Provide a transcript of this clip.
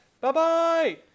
Bye-bye